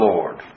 Lord